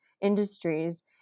industries